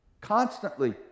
Constantly